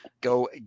Go